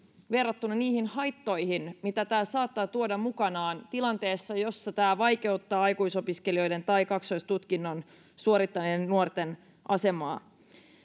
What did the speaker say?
verrattuna niihin haittoihin mitä tämä saattaa tuoda mukanaan tilanteessa jossa tämä vaikeuttaa aikuisopiskelijoiden tai kaksoistutkinnon suorittaneiden nuorten asemaa